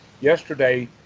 Yesterday